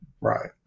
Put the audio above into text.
Right